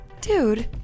Dude